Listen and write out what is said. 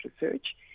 research